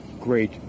great